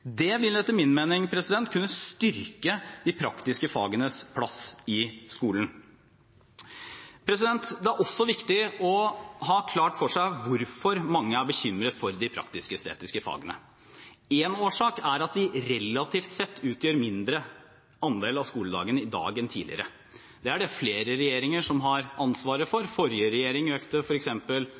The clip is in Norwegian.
Det vil etter min mening kunne styrke de praktiske fagenes plass i skolen. Det er også viktig å ha klart for seg hvorfor mange er bekymret for de praktisk-estetiske fagene. Én årsak er at de relativt sett utgjør en mindre andel av skoledagen i dag enn tidligere. Det er det flere regjeringer som har ansvaret for. Forrige regjering økte